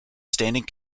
standing